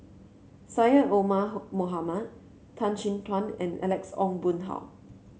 Syed Omar Mohamed Tan Chin Tuan and Alex Ong Boon Hau